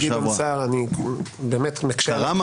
חבר הכנסת גדעון סער, זה באמת מקשה עלי.